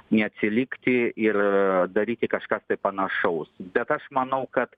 neatsilikti ir daryti kažkas tai panašaus bet aš manau kad